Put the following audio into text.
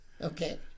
Okay